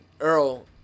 Earl